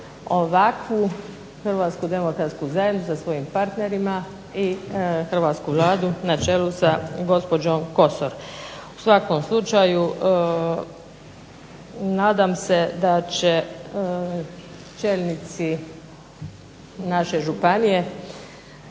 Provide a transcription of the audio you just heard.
ovakvu Hrvatsku demokratsku zajednicu sa svojim partnerima i hrvatsku Vladu na čelu sa gospođom Kosor. U svakom slučaju nadam se da će čelnici naše županije